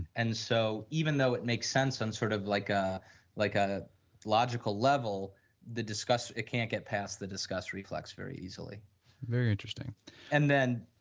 and so, even though it makes sense and sort of like ah like a logical level the discussed it can't get pass the discussed reflux very easily very interesting and then,